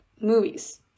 movies